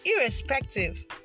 Irrespective